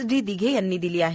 D Dighe यांनी दिली आहे